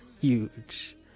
huge